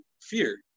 fear